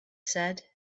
said